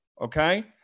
okay